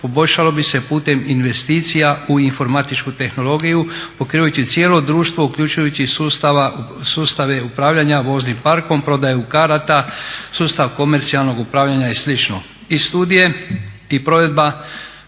poboljšalo bi se putem investicijama u informatičku tehnologiju pokrivajući cijelo društvo, uključujući i sustave upravljanja voznim parkom, prodaju karata, sustav komercijalnog upravljanja i slično. I studije i provedba